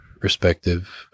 respective